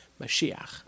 Mashiach